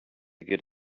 get